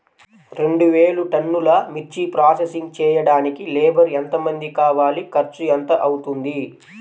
రెండు వేలు టన్నుల మిర్చి ప్రోసెసింగ్ చేయడానికి లేబర్ ఎంతమంది కావాలి, ఖర్చు ఎంత అవుతుంది?